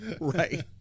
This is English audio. Right